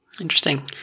Interesting